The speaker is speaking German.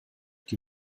die